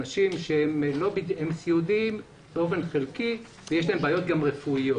אנשים שהם סיעודיים באופן חלקי ויש להם גם בעיות רפואיות.